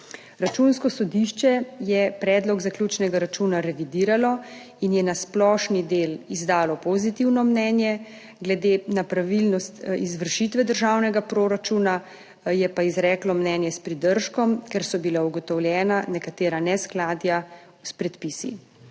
Računsko sodišče je predlog zaključnega računa revidiralo in je na splošni del izdalo pozitivno mnenje, glede na pravilnost izvršitve državnega proračuna je pa izreklo mnenje s pridržkom, ker so bila ugotovljena nekatera neskladja s predpisi.